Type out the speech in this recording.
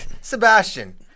Sebastian